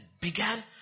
began